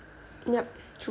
yup true